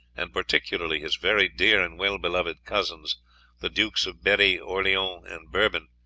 and particularly his very dear and well-beloved cousins the dukes of berri, orleans, and bourbon,